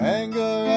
anger